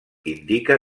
indica